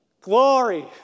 Glory